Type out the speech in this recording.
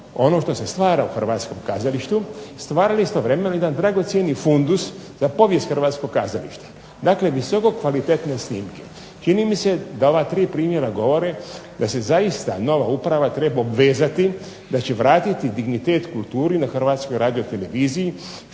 ono što se stvara u hrvatskom kazalištu stvara istovremeno jedan dragocjeni fundus za povijest hrvatskog kazališta. Dakle, visoko kvalitetne snimke. Čini mi se da ova tri primjera govore da se zaista nova uprava treba obvezati da će vratiti dignitet kulturi na Hrvatskoj radioteleviziji